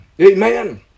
Amen